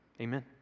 amen